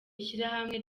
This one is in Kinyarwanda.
ishyirahamwe